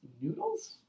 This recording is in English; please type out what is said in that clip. noodles